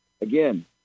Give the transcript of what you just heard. Again